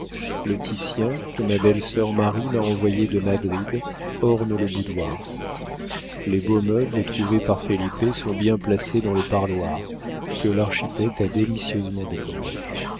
le titien que ma belle-sœur marie m'a envoyé de madrid orne le boudoir les beaux meubles trouvés par felipe sont bien placés dans le parloir que l'architecte a délicieusement décoré